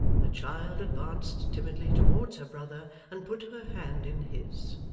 the child advanced timidly towards her brother and put her hand in his,